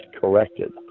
corrected